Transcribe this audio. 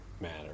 matter